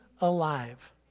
alive